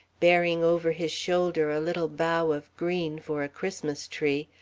bearing over his shoulder a little bough of green for a christmas tree,